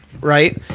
right